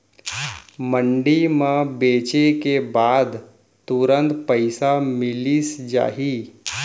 मंडी म बेचे के बाद तुरंत पइसा मिलिस जाही?